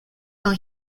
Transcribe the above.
con